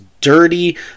dirty